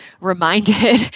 reminded